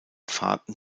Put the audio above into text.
fahrten